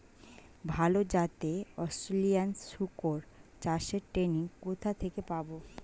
ভালো জাতে অস্ট্রেলিয়ান শুকর চাষের ট্রেনিং কোথা থেকে পাব?